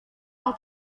yang